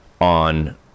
on